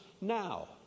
now